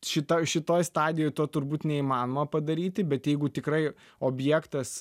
šita šitoj stadijoj to turbūt neįmanoma padaryti bet jeigu tikrai objektas